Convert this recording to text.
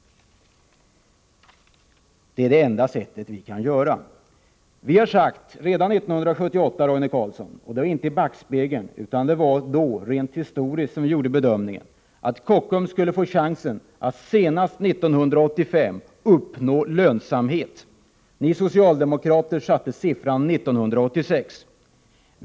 Det är det enda sättet som vi kan handla på. Vi har redan 1978 sagt, Roine Carlsson — inte i backspegeln utan som en rent historisk bedömning — att Kockums skulle få chansen att senast 1985 uppnå lönsamhet. Ni socialdemokrater flyttade fram gränsen till 1986.